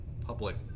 public